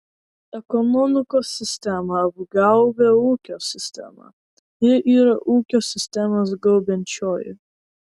ekonomikos sistema apgaubia ūkio sistemą ji yra ūkio sistemos gaubiančioji